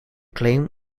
claim